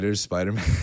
Spider-Man